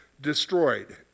destroyed